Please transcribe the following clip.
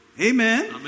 Amen